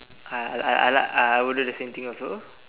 uh I I I I I would do the same thing also